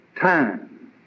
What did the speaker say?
time